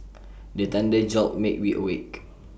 the thunder jolt make we awake